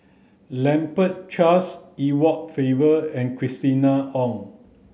Lambert Charles Edward Faber and Christina Ong